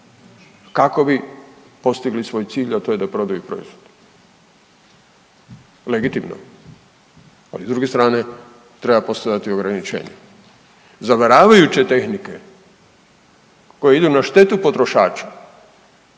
kako bi postigli svoj cilj, a to je da prodaju proizvod. Legitimno, ali s druge strane treba postojati ograničenje. Zavaravajuće tehnike koje idu na štetu potrošača,